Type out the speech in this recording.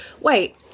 wait